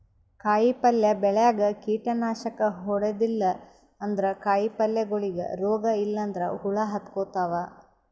ಕಾಯಿಪಲ್ಯ ಬೆಳ್ಯಾಗ್ ಕೀಟನಾಶಕ್ ಹೊಡದಿಲ್ಲ ಅಂದ್ರ ಕಾಯಿಪಲ್ಯಗೋಳಿಗ್ ರೋಗ್ ಇಲ್ಲಂದ್ರ ಹುಳ ಹತ್ಕೊತಾವ್